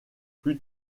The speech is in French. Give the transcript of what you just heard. plus